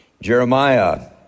Jeremiah